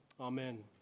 Amen